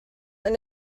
and